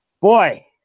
boy